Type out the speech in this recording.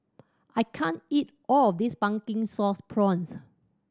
I can't eat all of this Pumpkin Sauce Prawns